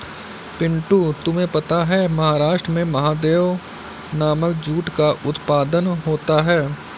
पिंटू तुम्हें पता है महाराष्ट्र में महादेव नामक जूट का उत्पादन होता है